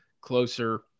closer